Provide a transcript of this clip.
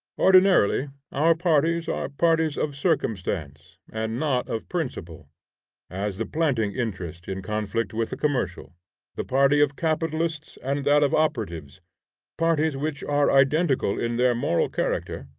ordinarily our parties are parties of circumstance, and not of principle as the planting interest in conflict with the commercial the party of capitalists and that of operatives parties which are identical in their moral character,